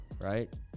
right